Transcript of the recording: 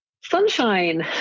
sunshine